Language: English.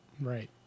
Right